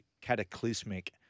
cataclysmic